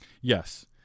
yes